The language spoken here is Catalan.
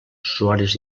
usuaris